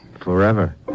Forever